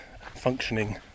functioning